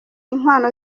inkwano